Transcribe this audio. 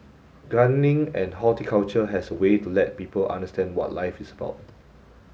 gardening and horticulture has a way to let people understand what life is about